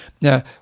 Now